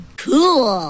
cool